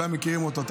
כולם מכירים אותו,